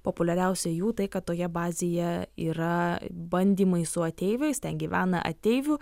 populiariausia jų tai kad toje bazėje yra bandymai su ateiviais ten gyvena ateivių